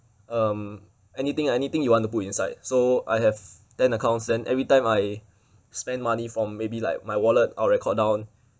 um anything anything you want to put inside so I have ten accounts then every time I spend money from maybe like my wallet I'll record down